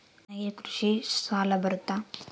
ನನಗೆ ಕೃಷಿ ಸಾಲ ಬರುತ್ತಾ?